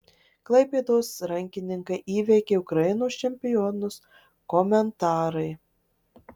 klaipėdos rankininkai įveikė ukrainos čempionus komentarai